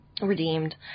redeemed